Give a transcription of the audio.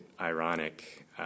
ironic